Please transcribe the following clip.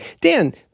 Dan